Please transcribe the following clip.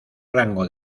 rango